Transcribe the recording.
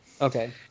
okay